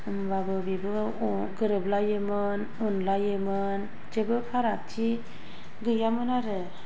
होमबाबो बेबो गोरोबलायोमोन अनलायोमोन जेबो फारागथि गैयामोन आरो